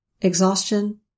exhaustion